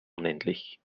unendlich